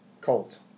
Colts